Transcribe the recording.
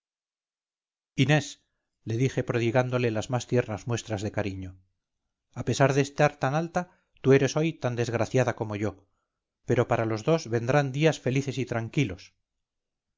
inés le dije prodigándole las más tiernas muestras de cariño a pesar de estar tan alta tú eres hoy tan desgraciada como yo pero para los dos vendrán días felices y tranquilos